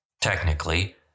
Technically